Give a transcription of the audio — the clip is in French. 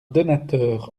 donateur